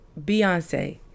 Beyonce